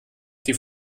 die